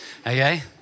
okay